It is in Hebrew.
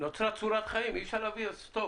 נוצרה צורת חיים ואי אפשר לומר סטופ